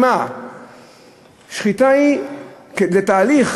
השחיטה היא תהליך